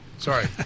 Sorry